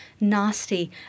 nasty